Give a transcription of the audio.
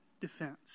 defense